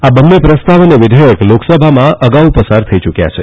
આ બંને પ્રસ્તાવ અને વિધેયક લોકસભામાં અગાઉ પસાર થઇ ચૂક્યા છે